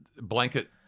Blanket